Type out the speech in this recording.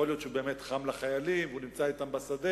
יכול להיות שהוא באמת חם לחיילים והוא נמצא אתם בשדה,